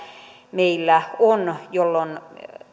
meillä on jolloin